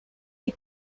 des